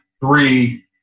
three